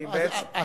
כי בעצם,